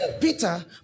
Peter